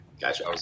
Gotcha